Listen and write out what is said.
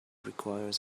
requires